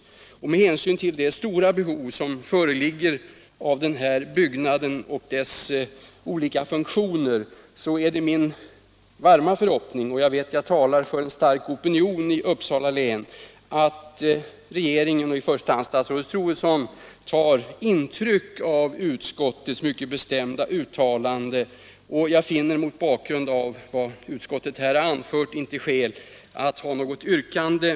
Med hänsyn till det stora behov som föreligger av den här byggnaden och dess olika funktioner är det min varma förhoppning — och jag vet att jag talar för en stark opinion i Uppsala län — att regeringen och i första hand statsrådet Troedsson tar intryck av utskottets mycket bestämda uttalande. Jag finner, mot bakgrund av vad utskottet här anfört, inte skäl att ställa något yrkande.